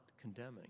condemning